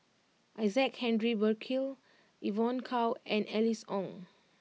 Isaac Henry Burkill Evon Kow and Alice Ong